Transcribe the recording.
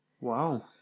wow